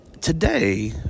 Today